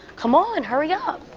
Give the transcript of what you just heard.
come on. hurry up!